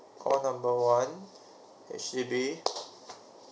call number one H_D_B